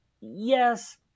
yes